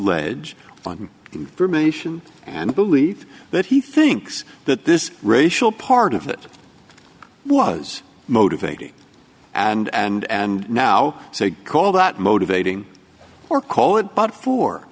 ege finding information and believe that he thinks that this racial part of it was motivating and and now call that motivating or call it but for